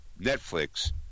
Netflix